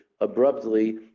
abruptly